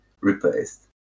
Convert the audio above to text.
replaced